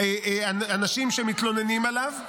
אנשים שמתלוננים עליו.